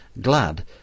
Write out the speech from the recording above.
glad